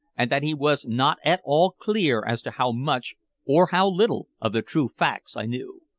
and that he was not at all clear as to how much or how little of the true facts i knew.